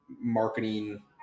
marketing